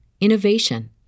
innovation